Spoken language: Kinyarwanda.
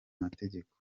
mategeko